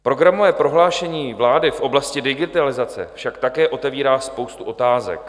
Programové prohlášení vlády v oblasti digitalizace však také otevírá spoustu otázek.